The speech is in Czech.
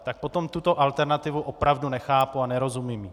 Tak potom tuto alternativu opravdu nechápu a nerozumím jí.